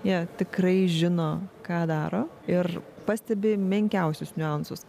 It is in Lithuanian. jie tikrai žino ką daro ir pastebi menkiausius niuansus